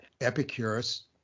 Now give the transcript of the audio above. Epicurus